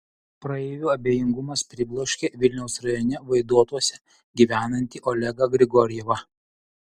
praeivių abejingumas pribloškė vilniaus rajone vaidotuose gyvenantį olegą grigorjevą